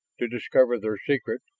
to discover their secret,